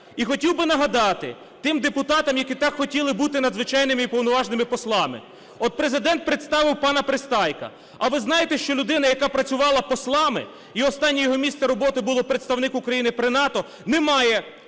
І хотів би нагадати тим депутатам, які так хотіли бути надзвичайними і повноважними послами, от Президент представив пана Пристайка. А ви знаєте, що людина, яка працювала послами, і останнє його місце роботи було Представник України при НАТО, не має